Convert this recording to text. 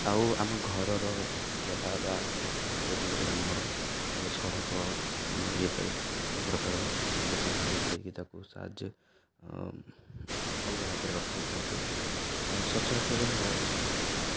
ଆଉ ଆମ ଘରର ହେଇଗଲା ବା ଆଖପାଖ ଅଞ୍ଚଳ ଯେମିତି ଗ୍ରାମର ସଡ଼କ ଇଏ ପାଇଁ ବହୁପ୍ରକାର ବ୍ଲିଚିଙ୍ଗଫ୍ଲିଚିଙ୍ଗ ଦେଇକି ତାକୁ ସାହାଯ୍ୟ ଅଲଗା ଭାବରେ ରଖା ହେଇଥାଉଛୁ ସ୍ୱଚ୍ଛ ରଖିବା ପାଇଁ ବହୁ ପ୍ରକାର ବିଭିନ୍ନ ପ୍ରକାର